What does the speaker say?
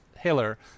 Hiller